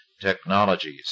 technologies